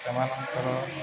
ସେମାନଙ୍କର